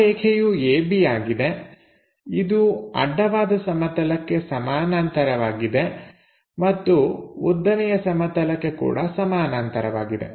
ಆ ರೇಖೆಯು AB ಆಗಿದೆ ಇದು ಅಡ್ಡವಾದ ಸಮತಲಕ್ಕೆ ಸಮಾನಾಂತರವಾಗಿದೆ ಮತ್ತು ಉದ್ದನೆಯ ಸಮತಲಕ್ಕೆ ಕೂಡ ಸಮಾನಾಂತರವಾಗಿದೆ